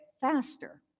faster